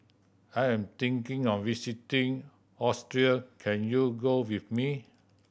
I am thinking of visiting Austria can you go with me